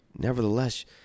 Nevertheless